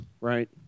right